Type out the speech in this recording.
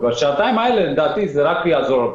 ובשעתיים האלה לדעתי זה רק יעזור.